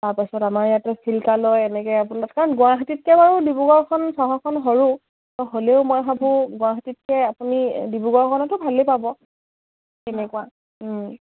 তাৰপাছত আমাৰ ইয়াতে চিল্কালয় এনেকে আপোনাৰ গুৱাহাটীতকে বাৰু চাবচোন সৰু ডিব্ৰুগড়খন চহৰখন সৰু ত' হ'লেও মই ভাবোঁ গুৱাহাটীতকে আপুনি ডিব্ৰুগড়খনতো ভালেই পাব এনেকুৱা